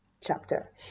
chapter